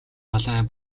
далай